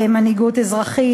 "מנהיגות אזרחית",